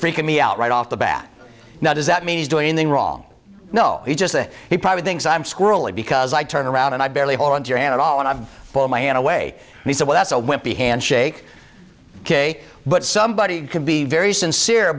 freaking me out right off the bat now does that mean he's doing the wrong no he just that he probably thinks i'm squirrely because i turn around and i barely hold on to your hand at all and i've pulled my hand away and he said well that's a wimpy handshake ok but somebody can be very sincere